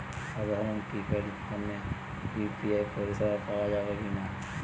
সাধারণ কিপেড ফোনে ইউ.পি.আই পরিসেবা পাওয়া যাবে কিনা?